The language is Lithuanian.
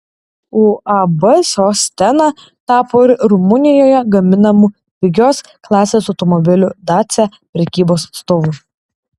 uab sostena tapo ir rumunijoje gaminamų pigios klasės automobilių dacia prekybos atstovu